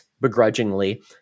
begrudgingly